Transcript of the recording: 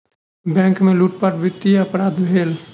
bank में लूटपाट वित्तीय अपराध भेल